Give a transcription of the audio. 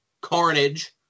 Carnage